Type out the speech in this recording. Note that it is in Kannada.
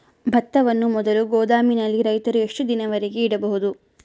ಭತ್ತವನ್ನು ಮೊದಲು ಗೋದಾಮಿನಲ್ಲಿ ರೈತರು ಎಷ್ಟು ದಿನದವರೆಗೆ ಇಡಬಹುದು?